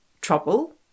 trouble